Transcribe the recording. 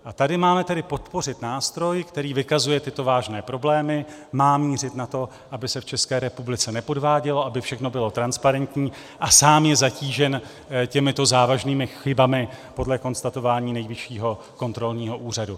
A tady máme tedy podpořit nástroj, který vykazuje tyto vážné problémy, má mířit na to, aby se v České republice nepodvádělo, aby všechno bylo transparentní, a sám je zatížen těmito závažnými chybami podle konstatování Nejvyššího kontrolního úřadu.